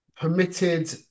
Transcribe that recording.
permitted